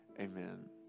amen